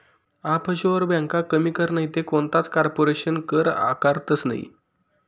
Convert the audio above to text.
offshore ब्यांका कमी कर नैते कोणताच कारपोरेशन कर आकारतंस नयी